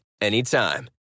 anytime